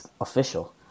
official